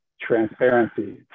transparency